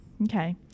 Okay